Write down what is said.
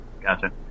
Gotcha